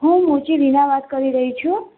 હું મોચી વીણા વાત કરી રહી છું